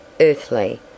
earthly